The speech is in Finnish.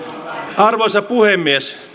arvoisa puhemies